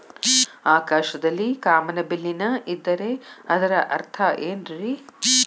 ಆಕಾಶದಲ್ಲಿ ಕಾಮನಬಿಲ್ಲಿನ ಇದ್ದರೆ ಅದರ ಅರ್ಥ ಏನ್ ರಿ?